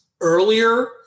earlier